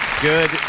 Good